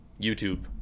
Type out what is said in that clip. YouTube